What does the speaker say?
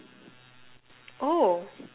oh